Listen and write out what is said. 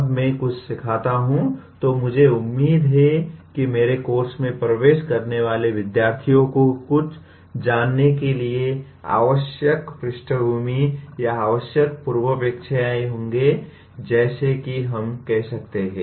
जब मैं कुछ सिखाता हूं तो मुझे उम्मीद है कि मेरे कोर्स में प्रवेश करने वाले विद्यार्थी को कुछ जानने के लिए आवश्यक पृष्ठभूमि या आवश्यक पूर्वापेक्षाएँ होंगी जैसा कि हम इसे कहते हैं